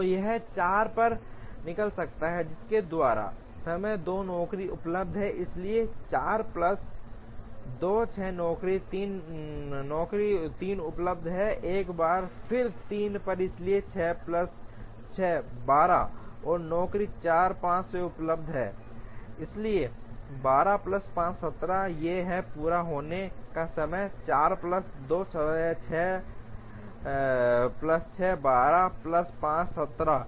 तो यह 4 पर निकल सकता है जिसके द्वारा समय 2 नौकरी उपलब्ध है इसलिए 4 प्लस 2 6 नौकरी 3 उपलब्ध है एक बार फिर 3 पर इसलिए 6 प्लस 6 12 और नौकरी 4 5 से उपलब्ध है इसलिए 12 प्लस 5 17 ये हैं पूरा होने का समय 4 प्लस 2 6 प्लस 6 12 प्लस 5 17